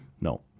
no